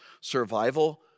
survival